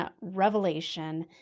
revelation